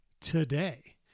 today